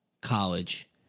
college